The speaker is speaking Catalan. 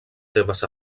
seves